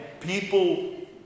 people